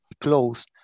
close